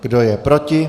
Kdo je proti?